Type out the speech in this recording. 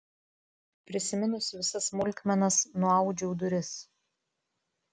prisiminusi visas smulkmenas nuaudžiau duris